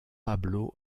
pablo